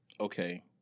Okay